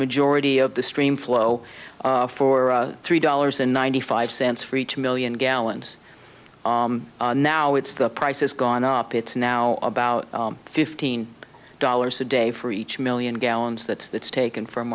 majority of the stream flow for three dollars and ninety five cents for each million gallons now it's the price has gone up it's now about fifteen dollars a day for each million allums that it's taken from